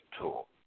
tool